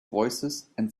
voicesand